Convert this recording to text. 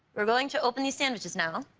we're going to open these sandwiches now